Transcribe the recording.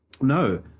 no